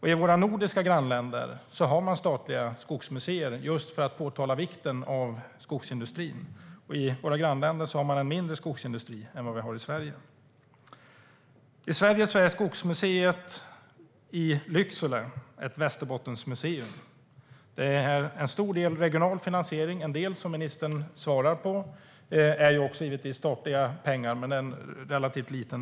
I våra nordiska grannländer har man statliga skogsmuseer just för att framhålla vikten av skogsindustrin, och ändå är skogsindustrin i våra grannländer mindre än den är i Sverige. I Sverige är Skogsmuseet i Lycksele ett Västerbottensmuseum. Det är till stor del regionalt finansierat. En del av finansieringen är, som ministern sa, statlig, men den delen är relativt liten.